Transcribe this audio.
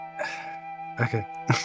Okay